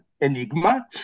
enigma